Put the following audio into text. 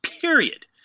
Period